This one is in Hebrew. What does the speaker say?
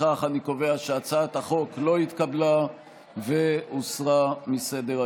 לפיכך אני קובע שהצעת החוק לא התקבלה והוסרה מסדר-היום.